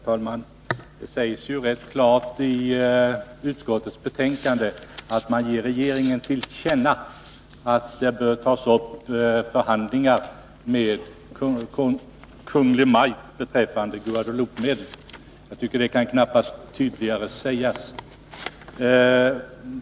Herr talman! Det sägs ju rätt klart i utskottets betänkande att man skall ge regeringen till känna att det bör tas upp förhandlingar med Hans Majestät Konungen beträffande Guadeloupemedlen. Jag tycker att det knappast kan sägas tydligare.